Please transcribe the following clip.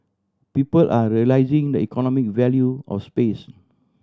people are realising the economic value of space